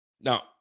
Now